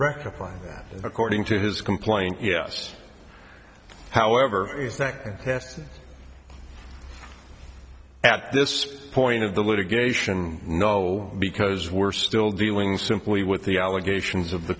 rectify that according to his complaint yes however is that test at this point of the litigation no because we're still dealing simply with the allegations of the